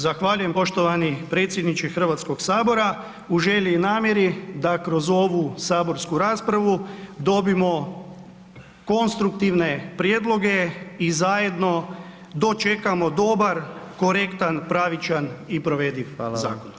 Zahvaljujem poštovani predsjedniče Hrvatskog sabora, u želji i namjeri da kroz ovu saborsku raspravu dobimo konstruktivne prijedloge i zajedno dočekamo dobar, korektan, pravičan i provediv zakon.